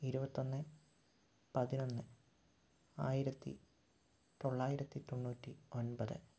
ഇരുപത്തൊന്ന് പതിനൊന്ന് ആയിരത്തി തൊള്ളായിരത്തി തൊണ്ണൂറ്റി ഒൻപത്